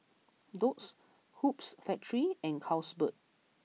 Doux Hoops Factory and Carlsberg